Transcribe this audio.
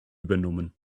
übernommen